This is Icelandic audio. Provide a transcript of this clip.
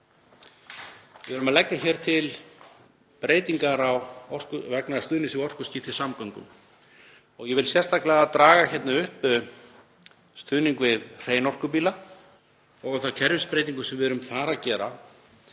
Við erum hér að leggja til breytingar vegna stuðnings við orkuskipti í samgöngum. Ég vil sérstaklega draga hér fram stuðning við hreinorkubíla og þá kerfisbreytingu sem við erum að gera.